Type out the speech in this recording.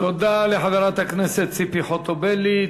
תודה לחברת הכנסת ציפי חוטובלי.